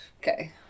Okay